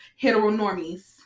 heteronormies